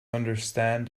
understand